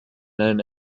known